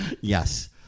Yes